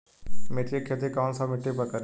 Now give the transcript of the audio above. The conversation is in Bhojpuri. मिर्ची के खेती कौन सा मिट्टी पर करी?